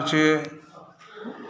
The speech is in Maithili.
एहिसँ ई लाभ छै